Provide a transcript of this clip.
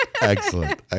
Excellent